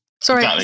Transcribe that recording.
sorry